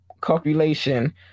copulation